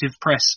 press